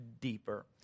deeper